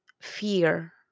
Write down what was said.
fear